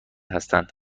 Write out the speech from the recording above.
هستند